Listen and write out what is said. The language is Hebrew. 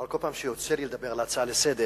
אבל כל פעם שיוצא לי לדבר בהצעה לסדר-היום